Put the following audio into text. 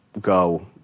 go